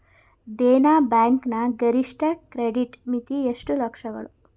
Dena bank ನ ಗರಿಷ್ಠ credit ಮಿತಿ ಎಷ್ಟು ಲಕ್ಷಗಳು?